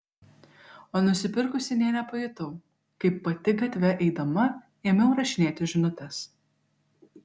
o nusipirkusi nė nepajutau kaip pati gatve eidama ėmiau rašinėti žinutes